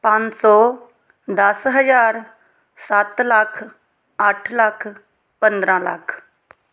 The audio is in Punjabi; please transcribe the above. ਪੰਜ ਸੌ ਦਸ ਹਜ਼ਾਰ ਸੱਤ ਲੱਖ ਅੱਠ ਲੱਖ ਪੰਦਰਾਂ ਲੱਖ